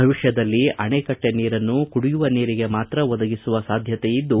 ಭವಿಷ್ಕದಲ್ಲಿ ಅಣೆಕಟ್ಟೆ ನೀರನ್ನು ಕುಡಿಯುವ ನೀರಿಗೆ ಮಾತ್ರ ಒದಗಿಸುವ ಸಾಧ್ಯತೆಯಿದ್ದು